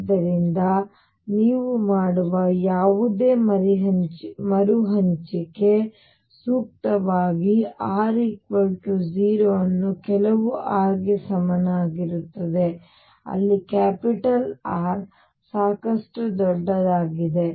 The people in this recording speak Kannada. ಆದ್ದರಿಂದ ನೀವು ಮಾಡುವ ಯಾವುದೇ ಮರುಹಂಚಿಕೆಯನ್ನು ಸೂಕ್ತವಾಗಿ ಈಗ r 0 ಅನ್ನು ಕೆಲವು r ಗೆ ಸಮನಾಗಿರುತ್ತದೆ ಅಲ್ಲಿ R ಸಾಕಷ್ಟು ದೊಡ್ಡದಾಗಿದೆ